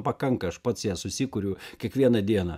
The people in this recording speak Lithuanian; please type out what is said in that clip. pakanka aš pats ją susikuriu kiekvieną dieną